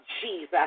Jesus